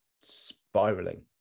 spiraling